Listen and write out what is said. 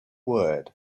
word